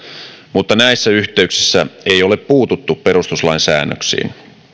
mutta näissä yhteyksissä ei ole puututtu perustuslain säännöksiin